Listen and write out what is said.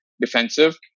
defensive